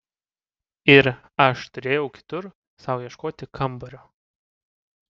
ir aš turėjau kitur sau ieškoti kambario